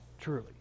truly